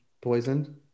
poisoned